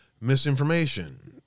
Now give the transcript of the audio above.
misinformation